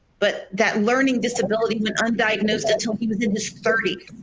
but that learning disability went undiagnosed until he was in his thirty